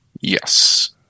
Yes